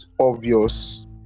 obvious